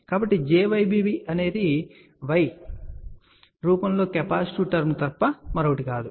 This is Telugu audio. కాబట్టి jyb అనేది y రూపంలో కెపాసిటివ్ టర్మ్ తప్ప మరొకటి కాదని మనం చెప్పగలం సరే